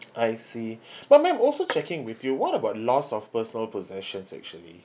I see but ma'am also checking with you what about lost of personal possessions actually